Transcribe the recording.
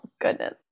goodness